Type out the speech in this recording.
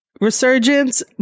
Resurgence